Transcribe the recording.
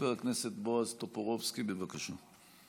חבר הכנסת בועז טופורובסקי, בבקשה.